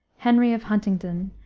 henry of huntingdon,